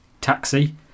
taxi